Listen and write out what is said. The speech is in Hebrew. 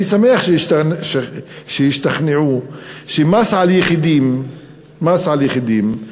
אני שמח שהשתכנעו שמס על יחידים אפשר,